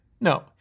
No